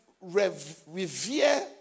revere